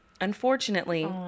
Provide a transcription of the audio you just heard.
Unfortunately